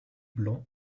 blanc